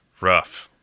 Rough